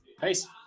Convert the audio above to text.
Peace